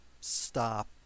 stop